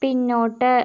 പിന്നോട്ട്